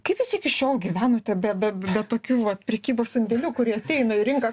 kaip jūs iki šiol gyvenote be be be tokių va prekybos sandėlių kurie ateina į rinką